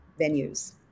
venues